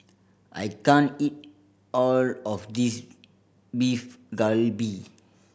I can't eat all of this Beef Galbi